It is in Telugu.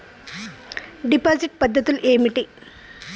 డిపాజిట్ పద్ధతులు ఏమిటి?